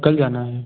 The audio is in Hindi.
कल जाना है